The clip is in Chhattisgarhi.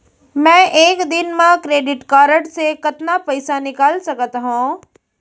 मैं एक दिन म क्रेडिट कारड से कतना पइसा निकाल सकत हो?